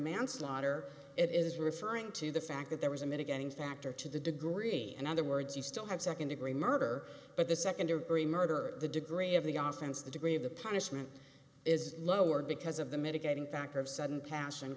manslaughter it is referring to the fact that there was a mitigating factor to the degree and other words you still have second degree murder but the second degree murder the degree of the ostensive the degree of the punishment is lowered because of the mitigating factor of sudden passion